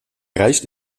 rijst